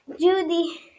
Judy